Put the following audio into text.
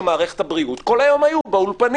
מערכת הבריאות כל היום היו באולפנים.